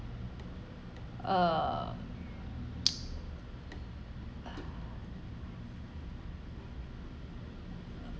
uh